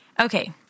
okay